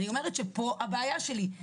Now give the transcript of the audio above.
פה הבעיה שלי,